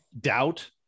doubt